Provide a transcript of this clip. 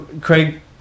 Craig